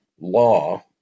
law